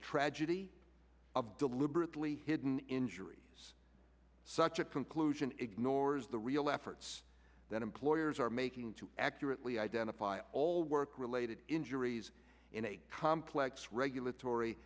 tragedy of deliberately hidden injuries such a conclusion ignores the real efforts that employers are making to accurately identify all work related injuries in a complex regulatory